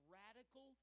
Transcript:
radical